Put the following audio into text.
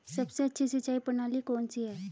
सबसे अच्छी सिंचाई प्रणाली कौन सी है?